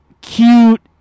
cute